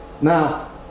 Now